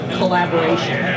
collaboration